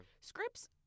scripts